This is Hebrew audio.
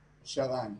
שר"ן.